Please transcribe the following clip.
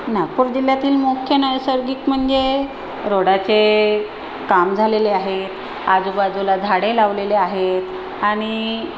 नागपूर जिल्ह्यातील मुख्य नैसर्गिक म्हणजे रोडाचे काम झालेले आहेत आजूबाजूला झाडे लावलेले आहेत आणि